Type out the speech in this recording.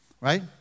right